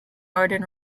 arden